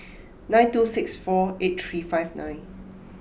nine two six four eight three five nine